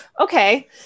okay